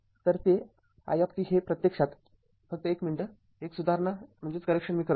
तरते i हे प्रत्यक्षात फक्त १ मिनिट १ सुधारणा मी करतो